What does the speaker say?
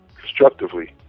constructively